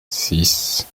six